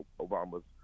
Obama's